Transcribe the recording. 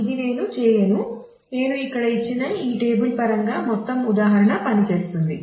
ఇది నేను చేయను నేను ఇక్కడ ఇచ్చిన ఈ టేబుల్ పరంగా మొత్తం ఉదాహరణ పని చేస్తుంది